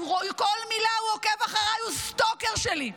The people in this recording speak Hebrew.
בכל מילה הוא עוקב אחריי, הוא סטוקר שלי.